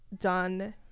done